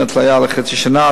התליה לחצי שנה,